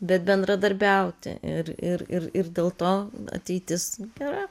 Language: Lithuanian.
bet bendradarbiauti ir ir ir ir dėl to ateitis gera